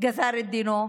גזר את דינו?